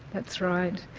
that's right.